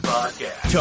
Podcast